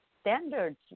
standards